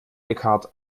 eckhart